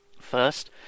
First